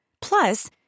Plus